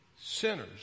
sinners